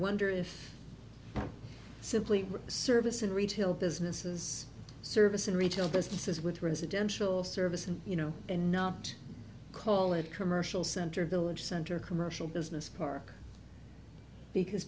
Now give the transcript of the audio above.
wonder if simply service and retail businesses service and retail businesses with residential service and you know not call it commercial center village center commercial business park because